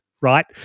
right